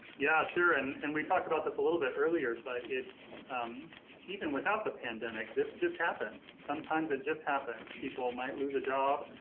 yeah, sure. and and we talked about this a little bit earlier, but it even without the pandemic, this just happens sometimes. it just happens people might lose a job,